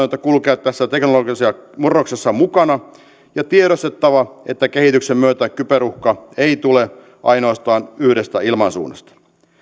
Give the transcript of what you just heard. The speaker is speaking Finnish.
kulkea tässä teknologisessa murroksessa mukana ja on tiedostettava että kehityksen myötä kyberuhka ei tule ainoastaan yhdestä ilmansuunnasta